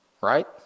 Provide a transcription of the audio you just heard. right